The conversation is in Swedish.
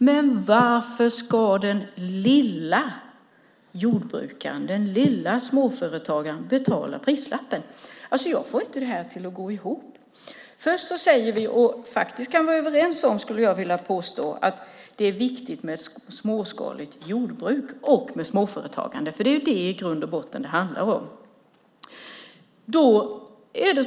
Men varför ska den lilla jordbrukaren, den lilla småföretagaren, betala priset? Jag får inte detta att gå ihop. Vi kan vara överens om att det är viktigt med småskaligt jordbruk och med småföretagande. Det är vad detta i grund och botten handlar om.